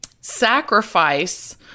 sacrifice